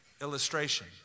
illustration